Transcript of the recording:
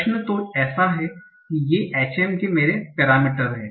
प्रश्न तो ऐसा है ये HM के मेरे पैरामीटर हैं